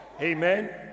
Amen